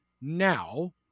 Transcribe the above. now